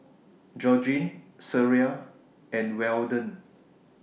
Georgene Sariah and Weldon